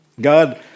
God